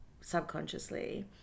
subconsciously